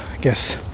guess